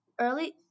Early